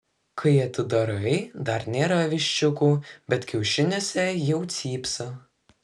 kai atidarai dar nėra viščiukų bet kiaušiniuose jau cypsi